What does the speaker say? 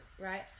right